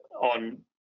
on